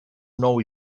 nou